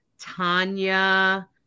tanya